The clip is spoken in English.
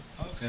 Okay